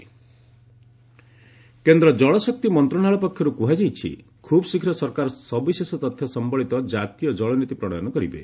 water policy କେନ୍ଦ୍ର ଜଳଶକ୍ତି ମନ୍ତ୍ରଣାଳୟ ପକ୍ଷରୁ କୁହାଯାଇଛି ଖୁବ୍ ଶୀଘ୍ର ସରକାର ସବିଶେଷ ତଥ୍ୟ ସମ୍ଭଳିତ ଜାତୀୟ ଜଳ ନୀତି ପ୍ରଣୟନ କରିବେ